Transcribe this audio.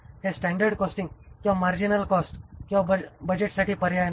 हे standard costing किंवा marginal cost किंवा बजेटसाठी पर्याय नाही